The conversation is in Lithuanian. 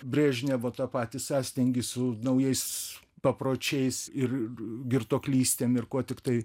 brežnevo tą patį sąstingį su naujais papročiais ir girtuoklystėm ir kuo tiktai